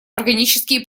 органические